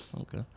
okay